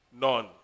None